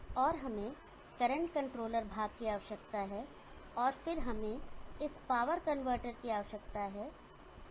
और हमें current controller भाग की आवश्यकता है और फिर हमें इस पावर कनवर्टर की आवश्यकता है